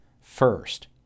first